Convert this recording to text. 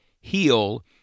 heal